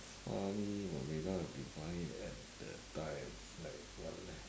funny but may not be funny at the time like what leh